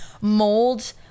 mold